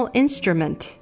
instrument